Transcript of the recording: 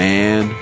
Man